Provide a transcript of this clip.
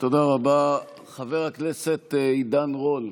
חבר הכנסת עידן רול,